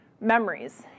memories